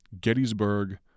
Gettysburg